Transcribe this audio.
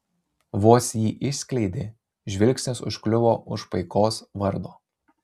vos jį išskleidė žvilgsnis užkliuvo už paikos vardo